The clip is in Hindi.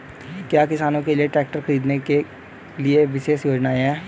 क्या किसानों के लिए ट्रैक्टर खरीदने के लिए विशेष योजनाएं हैं?